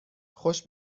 خوش